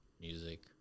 music